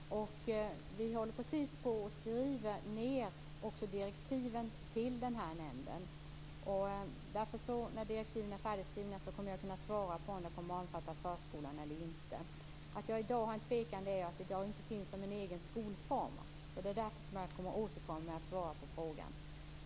Fru talman! Nej, jag svarade inte när det gällde förskolan. Vi håller precis på att skriva ned direktiven till den här nämnden, och när de är färdigskrivna kommer jag att kunna svara på om det kommer att omfatta förskolan eller inte. Att jag i dag tvekar beror på att förskolan i dag inte finns som en egen skolform, och därför vill jag återkomma med svaret på frågan.